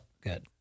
good